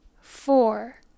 four